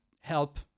help